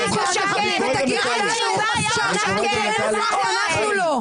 --- אתם מחרבים את מדינת ישראל.